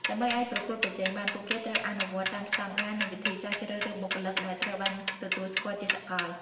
ដើម្បីអាចប្រកួតប្រជែងបាន ពួកគេត្រូវអនុវត្តតាមស្តង់ដារ និងវិធីសាស្រ្តជ្រើសរើសបុគ្គលិកដែលត្រូវបានទទួលស្គាល់ជាសាកល។